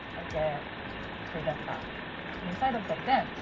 i get the event back and inside of the event,